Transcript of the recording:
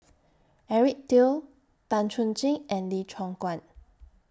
Eric Teo Tan Chuan Jin and Lee Choon Guan